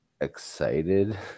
excited